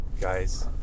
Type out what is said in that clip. guys